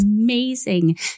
amazing